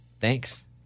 thanks